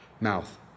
Mouth